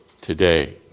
today